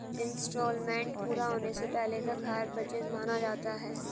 instalment पूरा होने से पहले तक हायर परचेस माना जाता है